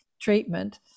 treatment